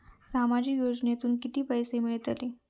सामाजिक योजनेतून किती पैसे मिळतले?